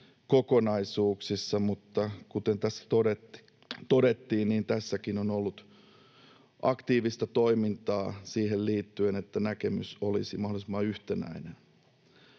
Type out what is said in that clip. kokonaisuuksissa, mutta kuten tässä todettiin, niin tässäkin on ollut aktiivista toimintaa siihen liittyen, että näkemys olisi mahdollisimman yhtenäinen.